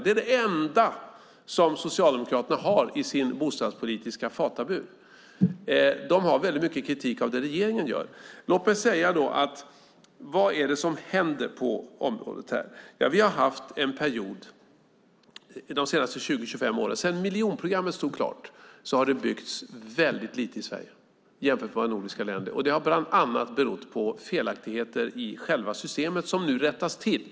Det är det enda som Socialdemokraterna har i sin bostadspolitiska fatabur, men de har väldigt mycket kritik av det regeringen gör. Vad är det som händer på området? Vi har haft en period de senaste 20-25 åren, sedan miljonprogrammet stod klart, där det har byggts väldigt lite i Sverige jämfört med i våra nordiska grannländer. Det har bland annat berott på felaktigheter i själva systemet som nu rättas till.